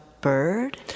bird